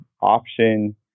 option